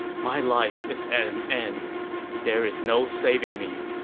my life is at an end there is no saving me.